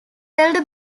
elder